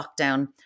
lockdown